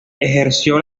ejerció